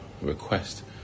request